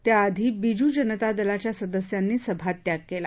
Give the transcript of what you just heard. त्याआधी बीजू जनता दलाच्या सदस्यांनी सभात्याग केला